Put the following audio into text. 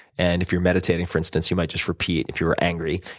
and if you're meditating, for instance, you might just repeat, if you're angry,